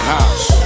House